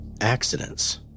accidents